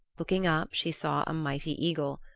looking up, she saw a mighty eagle,